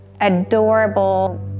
adorable